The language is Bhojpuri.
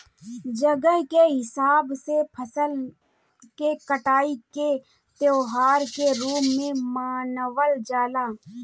जगह के हिसाब से फसल के कटाई के त्यौहार के रूप में मनावल जला